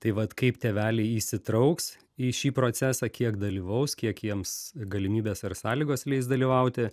tai vat kaip tėveliai įsitrauks į šį procesą kiek dalyvaus kiek jiems galimybės ar sąlygos leis dalyvauti